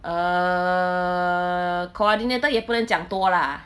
err coordinator 也不能讲多 lah